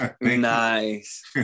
Nice